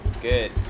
good